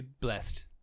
blessed